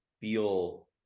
feel